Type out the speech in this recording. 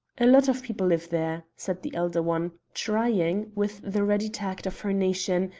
a lot of people live there, said the elder one, trying, with the ready tact of her nation,